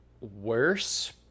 worse